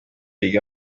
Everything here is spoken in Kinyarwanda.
biga